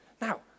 Now